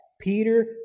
Peter